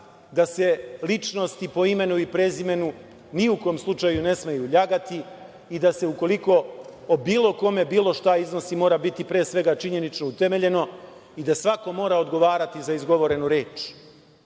da se ličnosti po imenu i prezimenu ni u kom slučaju ne smeju lagati i da se ukoliko o bilo kome bilo šta iznosi mora biti pre svega činjenično utemeljeno i da svako mora odgovarati za izgovorenu reč.